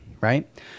right